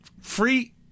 free